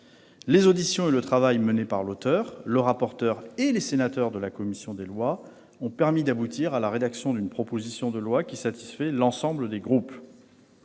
Les auditions et le travail mené par l'auteur du texte, le rapporteur et les sénateurs de la commission des lois ont permis d'aboutir à la rédaction d'une proposition de loi qui satisfait l'ensemble des groupes.